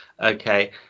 Okay